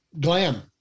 glam